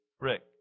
Rick